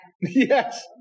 yes